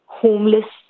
homeless